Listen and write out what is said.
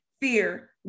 fear